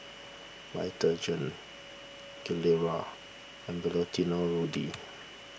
Vitagen Gilera and Valentino Rudy